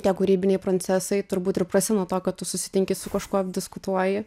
tie kūrybiniai proncesai turbūt ir prasi nuo to kad tu susitinki su kažkuo diskutuoji